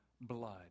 blood